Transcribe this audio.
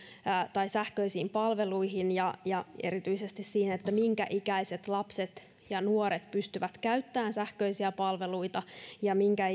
tai sähköisiin palveluihin ja ja erityisesti siihen minkä ikäiset lapset ja nuoret pystyvät käyttämään sähköisiä palveluita ja minkä